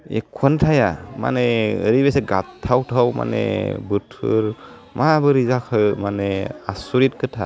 एक्ख'वानो थाया माने ओरैबायसा गाबथाव थाव माने बोथोर माबोरै जाखो माने आस'रिथ खोथा